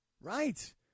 right